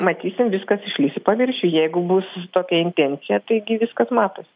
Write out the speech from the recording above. matysim viskas išlįs į paviršių jeigu bus tokia intencija taigi viskas matosi